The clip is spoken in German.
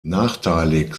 nachteilig